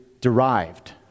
derived